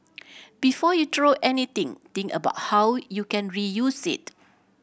before you throw anything think about how you can reuse it